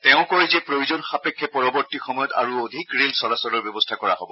তেওঁ কয় যে প্ৰয়োজন সাপেক্ষে পৰৱৰ্তী সময়ত আৰু অধিক ৰেল চলাচলৰ ব্যৱস্থা কৰা হব